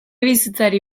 bizitzari